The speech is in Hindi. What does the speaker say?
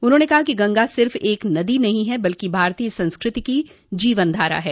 उन्होंने कहा कि गंगा सिर्फ़ एक नदी नहीं ह बल्कि भारतीय संस्कृति की जीवनधारा है